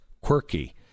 quirky